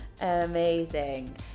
amazing